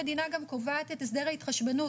המדינה גם קובעת את הסדר ההתחשבנות,